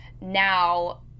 now